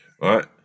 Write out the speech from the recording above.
right